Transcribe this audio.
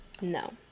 No